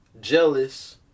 jealous